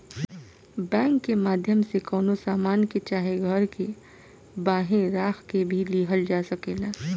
bank के माध्यम से कवनो सामान के चाहे घर के बांहे राख के भी लिहल जा सकेला